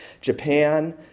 Japan